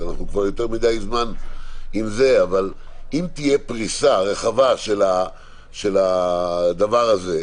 אנחנו כבר יותר מדי זמן עם זה אבל אם תהיה פריסה רחבה של הדבר הזה,